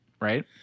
Right